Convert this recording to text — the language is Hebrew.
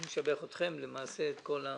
אני משבח אתכם, למעשה, את כולם.